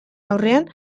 aurrean